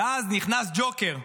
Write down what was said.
ואז נכנס ג'וקר.